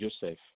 Joseph